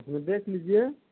उसमें देख लीजिए